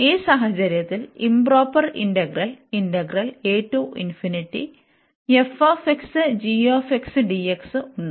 ഈ സാഹചര്യത്തിൽ improper integral ഉണ്ട്